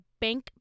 bank